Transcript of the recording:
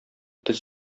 тез